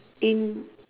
in